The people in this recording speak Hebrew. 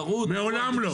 מעולם לא.